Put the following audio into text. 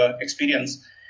experience